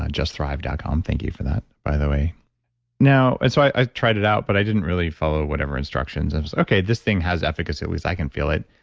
ah justthrive dot com thank you for that, by the way now, i so i tried it out, but i didn't really follow whatever instructions, and was, okay, this thing has efficacy, or at least i can feel it.